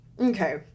okay